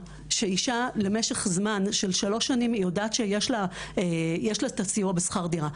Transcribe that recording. אישה למשך זמן של שלוש שנים יודעת שיש לה את הסיוע בשכר דירה,